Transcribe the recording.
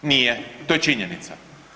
Nije, to je činjenica.